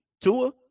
Tua